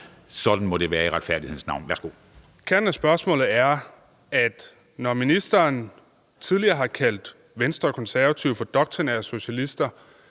Sådan må det være i retfærdighedens navn. Værsgo. Kl. 17:13 Kaare Dybvad (S): Kernen af spørgsmålet er: Når ministeren tidligere har kaldt Venstre og Konservative for doktrinære socialister,